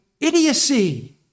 idiocy